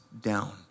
down